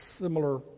similar